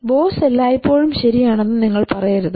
boss എല്ലായ്പ്പോഴും ശരിയാണെന്ന് നിങ്ങൾ പറയരുത്